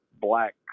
black